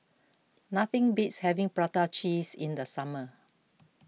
nothing beats having Prata Cheese in the summer